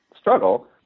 struggle